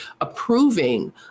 approving